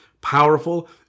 powerful